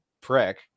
prick